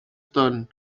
stone